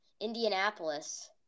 Indianapolis